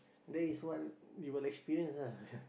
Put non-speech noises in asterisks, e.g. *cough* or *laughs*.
there is what we will experience lah *laughs*